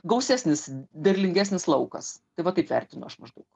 gausesnis derlingesnis laukas tai va taip vertinu aš maždaug